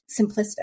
simplistic